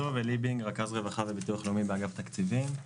רכז רווחה וביטוח לאומי, אגף התקציבים.